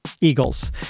eagles